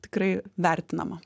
tikrai vertinama